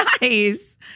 nice